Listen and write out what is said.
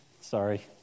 sorry